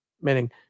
Meaning